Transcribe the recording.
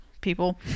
people